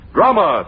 Drama